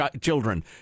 children